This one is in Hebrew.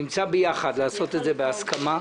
נמצא ביחד לעשות את זה בהסכמה,